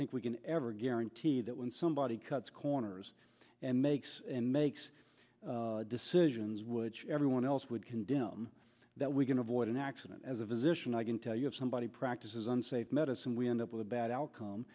think we can ever guarantee that when somebody cuts corners and makes and makes decisions which everyone else would condemn that we can avoid an accident as a physician i can tell you have somebody practices unsafe medicine we end up with a bad outcome